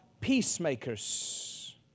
peacemakers